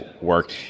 work